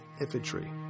Infantry